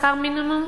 שכר מינימום,